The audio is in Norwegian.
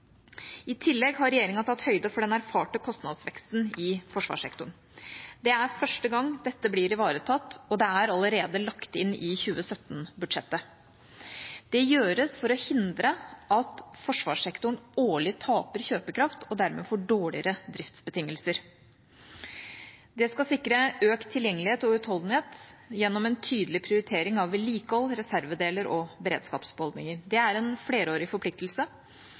I tillegg har regjeringa tatt høyde for den erfarte kostnadsveksten i forsvarssektoren. Det er første gang dette blir ivaretatt, og det er allerede lagt inn i 2017-budsjettet. Det gjøres for å hindre at forsvarssektoren årlig taper kjøpekraft og dermed får dårligere driftsbetingelser. Det skal sikre økt tilgjengelighet og utholdenhet gjennom en tydelig prioritering av vedlikehold, reservedeler og beredskapsbeholdninger. Det er en flerårig forpliktelse.